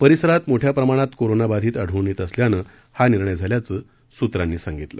परिसरात मोठ्या प्रमाणात कोरोना बाधित आढळून येत असल्यानं हा निर्णय घेतल्याचं सूत्रांनी सांगितलं